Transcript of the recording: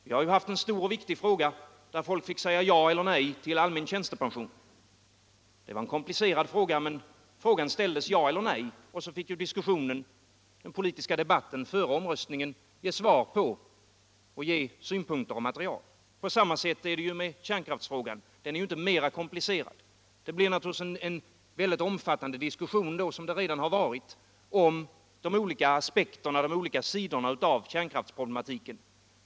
Vi har haft en stor och viktig fråga där folket fick säga ja eller nej, nämligen frågan om allmän tjänstepension. Det var en komplicerad fråga, men den ställdes: ja eller nej. Sedan fick den politiska debatten före omröstningen ge synpunkter och material till underlag för ett svar. På samma sätt är det med kärnkraftsfrågan. Den är inte mer komplicerad. Det skulle naturligtvis bli en mycket omfattande diskussion, som det redan har varit, om de politiska aspekterna på kärnkraftsproblematiken.